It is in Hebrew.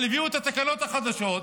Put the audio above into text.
אבל הביאו את התקנות החדשות,